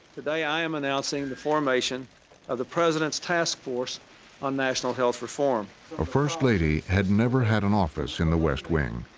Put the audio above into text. today, i am announcing the formation of the president's task force on national health reform. narrator a first lady had never had an office in the west wing.